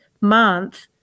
month